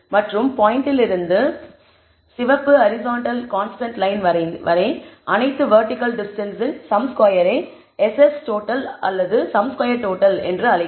மற்றும் பாய்ண்ட்டிலிருந்து சிவப்பு ஹரிஸான்ட்டல் கான்ஸ்டன்ட் லயன் வரை அனைத்து வெர்டிகல் டிஸ்டன்ஸ் இன் சம் ஸ்கொயரை SS டோட்டல் அல்லது சம் ஸ்கொயர் டோட்டல் என்று அழைக்கிறோம்